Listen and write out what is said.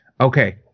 Okay